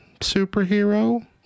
superhero